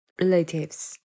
relatives